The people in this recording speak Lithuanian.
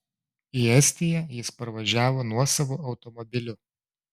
į estiją jis parvažiavo nuosavu automobiliu